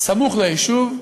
סמוך ליישוב.